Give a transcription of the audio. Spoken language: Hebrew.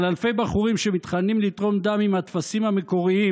אבל אלפי בחורים שמתחננים לתרום דם עם הטפסים המקוריים,